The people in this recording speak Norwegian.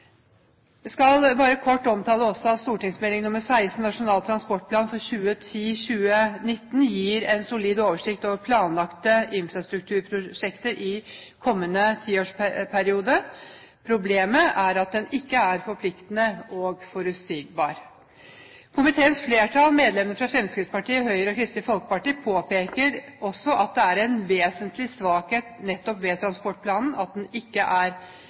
skal bare kort nevne at St.meld. nr. 16 for 2008–2009, Nasjonal transportplan 2010–2019, gir en solid oversikt over planlagte infrastrukturprosjekter i kommende tiårsperiode. Problemet er at den ikke er forpliktende og forutsigbar. Komiteens flertall, medlemmene fra Fremskrittspartiet, Høyre og KristeligFolkeparti, påpeker også at det er en vesentlig svakhet ved transportplanen at denne nettopp ikke er